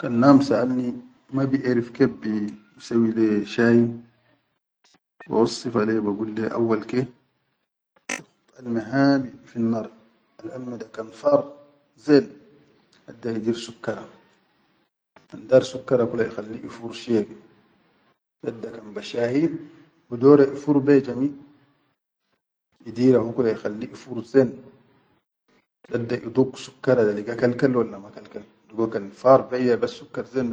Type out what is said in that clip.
Kan nadum saʼalni ma biʼarif kef bisawwi le shayi, bawassifa le bagul leyya awwal ke, ikhud alme hami fin nar al alme da kan faar zen dadda idir sukkaran kan daar sukkara kula ikhalli ifur shiye ke, dadda kan be shahi bidora ifur be jami idira hukula ikhalli ifur zen dadda iduk sukkara da liga kal-kal walla ma kal-kal, digo kan faar beyya.